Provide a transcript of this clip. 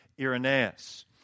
Irenaeus